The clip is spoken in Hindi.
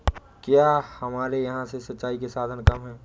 क्या हमारे यहाँ से सिंचाई के साधन कम है?